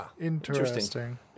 Interesting